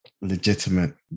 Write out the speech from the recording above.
legitimate